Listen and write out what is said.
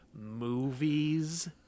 movies